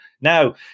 Now